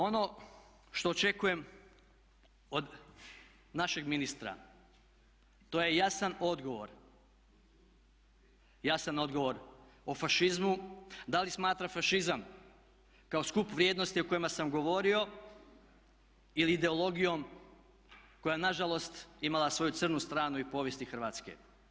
Ono što očekujem od našeg ministra to je jasan odgovor o fašizmu, da li smatra fašizam kao skup vrijednosti o kojima sam govorio ili ideologijom koja je na žalost imala svoju crnu stranu i povijesti Hrvatske.